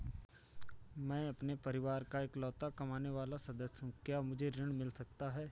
मैं अपने परिवार का इकलौता कमाने वाला सदस्य हूँ क्या मुझे ऋण मिल सकता है?